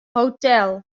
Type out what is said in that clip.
hotel